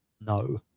no